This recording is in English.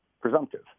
presumptive